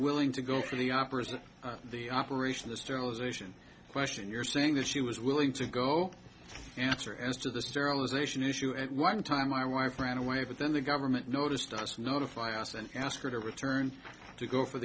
willing to go through the opera's of the operation the sterilization question you're saying that she was willing to go answer as to the sterilization issue at one time my wife ran away but then the government noticed us notify us and asked her to return to go for